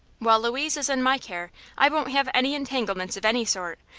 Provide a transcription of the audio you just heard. while louise is in my care i won't have any entanglements of any sort,